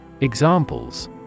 Examples